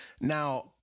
now